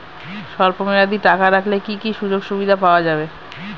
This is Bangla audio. স্বল্পমেয়াদী টাকা রাখলে কি কি সুযোগ সুবিধা পাওয়া যাবে?